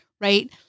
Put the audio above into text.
right